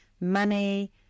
Money